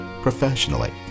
professionally